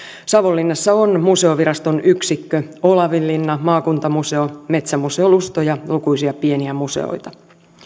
savonlinnassa on museoviraston yksikkö olavinlinna maakuntamuseo metsämuseo lusto ja lukuisia pieniä museoita